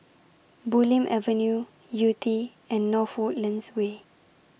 Bulim Avenue Yew Tee and North Woodlands Way